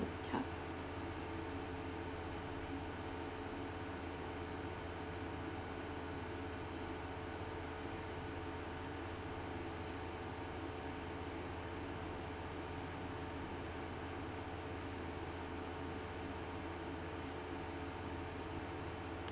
ya